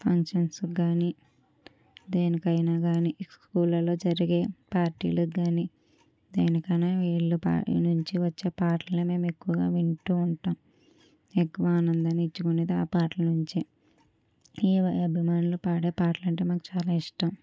functions కానీ దేనికైనా కానీ స్కూళ్ళలో జరిగే పార్టీలు కానీ దేనికైనా వీళ్ళ పా వీళ్ళ నుంచి వచ్చే పాటలు మేము ఎక్కువగా వింటూ ఉంటాము ఎక్కువ ఆనందాన్ని ఇచ్చుకునేది ఆ పాటలు నుంచే ఏవి అభిమానులు పాడే పాటలు అంటే మాకు చాలా ఇష్టం